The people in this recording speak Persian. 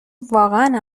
واقعا